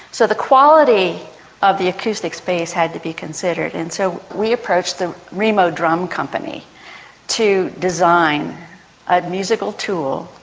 so the quality of the acoustic space had to be considered, and so we approached the remo drum company to design a musical tool,